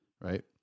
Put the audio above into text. Right